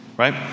Right